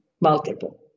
multiple